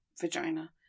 vagina